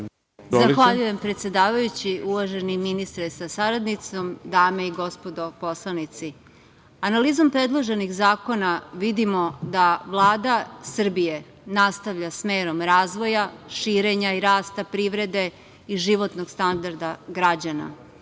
Zahvaljujem, predsedavajući. Uvaženi ministre sa saradnicom, dame i gospodo poslanici, analizom predloženih zakona vidimo da Vlada Srbije nastavlja smerom razvoja, širenja i rasta privrede i životnog standarda građana.